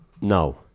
No